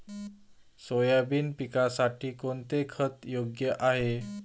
Soybean पिकासाठी कोणते खत योग्य आहे?